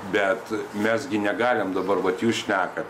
bet mes gi negalim dabar vat jūs šnekat